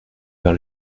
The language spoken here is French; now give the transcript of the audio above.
vers